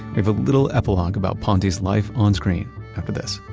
have a little epilogue about ponte's life onscreen after this.